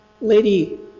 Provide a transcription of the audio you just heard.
Lady